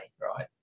right